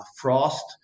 frost